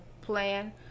Plan